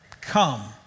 Come